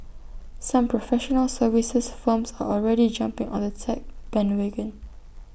some professional services firms are already jumping on the tech bandwagon